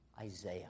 Isaiah